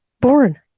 born